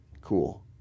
cool